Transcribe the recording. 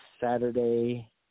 Saturday